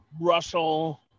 Russell